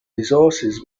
resources